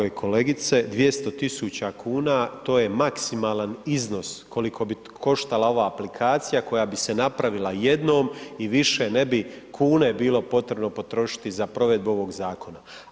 Tako je kolegice 200.000 kuna to je maksimalan iznos koliko bi koštala ova aplikacija koja bi se napravila jednom i više ne bi kune bilo potrebno potrošiti za provedbu ovog zakona.